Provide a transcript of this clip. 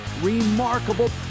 remarkable